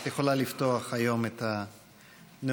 את יכולה לפתוח היום את הנאומים.